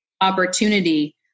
opportunity